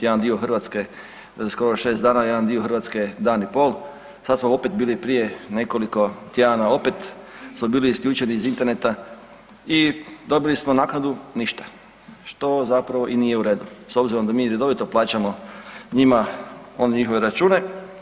Jedan dio Hrvatske skoro 6 dana, jedan dio Hrvatske dan i pol, sad smo opet bili prije nekoliko tjedana opet smo bili isključeni iz interneta i dobili smo naknadu ništa što zapravo i nije u redu s obzirom da mi redovito plaćamo njima njihove račune.